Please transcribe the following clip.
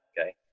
okay